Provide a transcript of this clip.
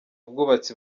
bwubatsi